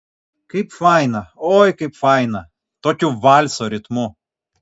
kaip faina oi kaip faina tokiu valso ritmu